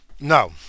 No